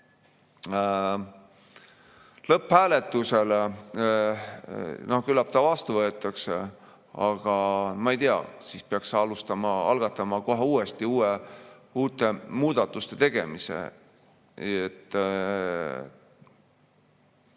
lõpphääletusele, noh, küllap ta vastu võetakse, siis ma ei tea, kas peaks algatama kohe uute muudatuste tegemise.